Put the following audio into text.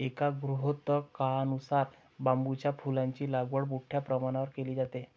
एका गृहीतकानुसार बांबूच्या फुलांची लागवड मोठ्या प्रमाणावर केली जाते